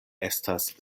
estas